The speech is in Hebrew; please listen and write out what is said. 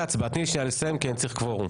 תני לי שנייה לסיים, כי אני צריך קוורום.